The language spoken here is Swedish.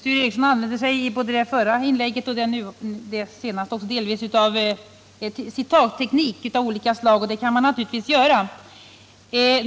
Herr talman! I det förra inlägget och delvis också i det senare använde sig Sture Ericson av olika slags citatsteknik. Det kan man naturligtvis göra.